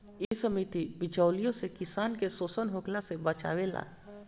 इ समिति बिचौलियों से किसान के शोषण होखला से बचावेले